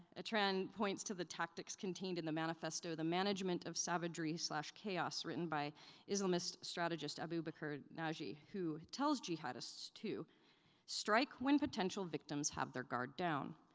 atran points to the tactics contained in the manifesto the management of savagery chaos, written by islamist strategist abu but bakr naji, who tells jihadists to strike when potential victims have their guard down,